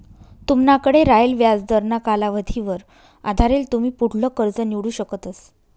तुमनाकडे रायेल व्याजदरना कालावधीवर आधारेल तुमी पुढलं कर्ज निवडू शकतस